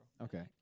Okay